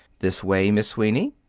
this way, miss sweeney.